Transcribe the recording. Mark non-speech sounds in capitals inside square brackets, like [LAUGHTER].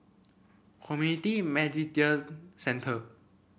Community [UNINTELLIGIBLE] Centre